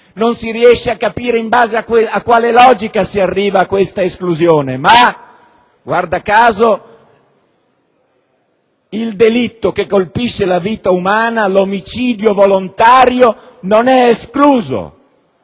Non si riesce a capire in base a quale logica si arriva a questa esclusione, ma, guarda caso, il delitto che colpisce la vita umana, l'omicidio volontario, non è escluso